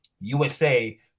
USA